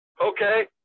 okay